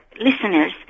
listeners